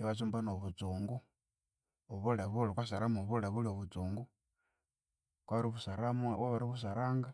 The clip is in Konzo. iwatsumba nobutsungu obulibuli wukasaranga mobuli buli obutsungu, wukabya wabiribusaramu saranga